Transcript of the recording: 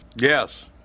Yes